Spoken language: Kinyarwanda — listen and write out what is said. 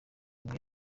umwe